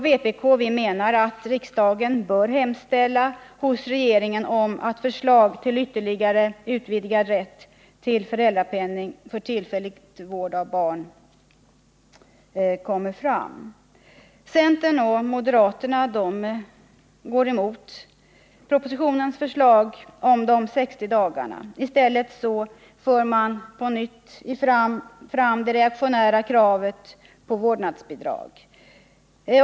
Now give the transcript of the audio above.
Vpk anser att riksdagen bör hemställa hos regeringen om förslag till ytterligare utvidgad rätt till föräldrapenning för tillfällig vård av barn. Centern och moderaterna går emot propositionens förslag om de 60 dagarna. I stället tar man på nytt fram det reaktionära kravet på vårdnadsbidrag.